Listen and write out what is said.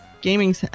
gaming